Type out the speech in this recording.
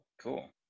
cool